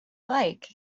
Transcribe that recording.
like